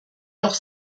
auch